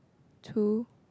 two